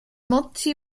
multi